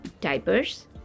Diapers